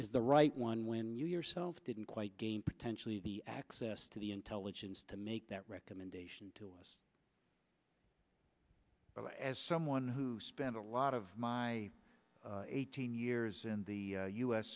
is the right one when you yourself didn't quite gain potentially the access to the intelligence to make that recommendation to us but as someone who spent a lot of my eighteen years in the u